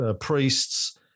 priests